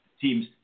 Teams